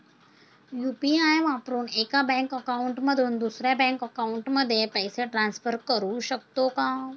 UPI वापरून एका bank account मधून दुसऱ्या बँक अकाउंटमध्ये पैसे ट्रान्सफर करू शकतो का?